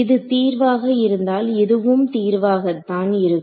இது தீர்வாக இருந்தால் இதுவும் தீர்வாக தான் இருக்கும்